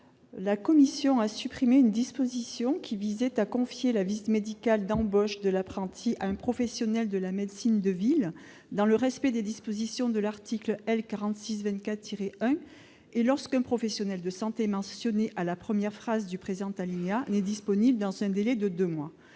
La commission a supprimé une disposition qui visait à confier la visite médicale d'embauche de l'apprenti à un professionnel de la médecine de ville, dans le respect des dispositions de l'article L. 4624-1 du code du travail, lorsqu'aucun professionnel de santé mentionné à la première phrase du premier alinéa de l'article précité n'est disponible dans un délai de deux mois.